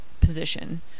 position